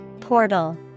Portal